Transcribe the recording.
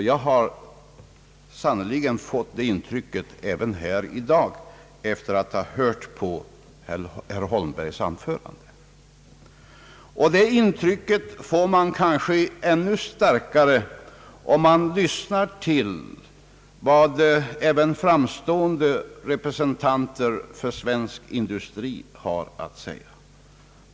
Jag har fått det intrycket även här i dag efter att ha hört på herr Holmbergs anförande. Det intrycket får man kanske ännu starkare om man lyssnar till vad fram stående representanter för svensk industri har att säga.